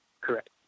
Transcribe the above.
correct